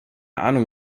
ahnung